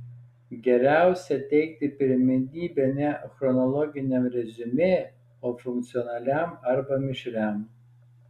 geriausia teikti pirmenybę ne chronologiniam reziumė o funkcionaliam arba mišriam